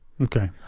Okay